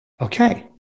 Okay